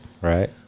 Right